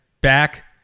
back